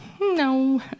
No